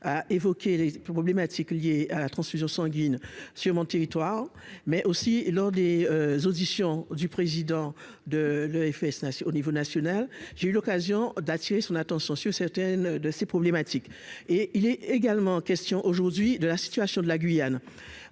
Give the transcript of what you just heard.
évoqué les plus problématiques liées à la transfusion sanguine sur mon territoire, mais aussi lors des auditions du président de l'EFS au niveau national, j'ai eu l'occasion d'attirer son attention sur certaines de ces problématiques et il est également question aujourd'hui de la situation de la Guyane